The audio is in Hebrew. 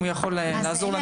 אלה